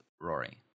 Rory